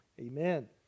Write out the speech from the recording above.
amen